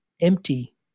empty